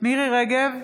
מירי מרים רגב,